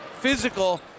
physical